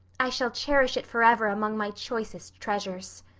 i shall cherish it forever among my choicest treasures.